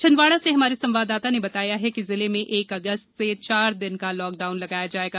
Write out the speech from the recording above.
छिंदवाड़ा से हमारे संवाददाता ने बताया है कि जिले में एक अगस्त से चार दिन का लॉकडाउन लगाया जाएगा